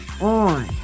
on